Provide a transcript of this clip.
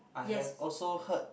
I have also heard